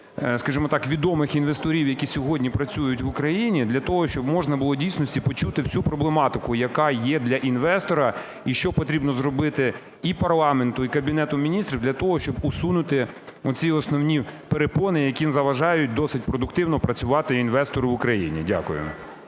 скажімо так, відомих інвесторів, які сьогодні працюють в Україні. Для того, щоб можна було в дійсності почути всю проблематику, яка є для інвестора і що потрібно зробити і парламенту, і Кабінету Міністрів для того, щоб усунути оці основні перепони, які заважають досить продуктивно працювати інвестору в Україні. Дякую.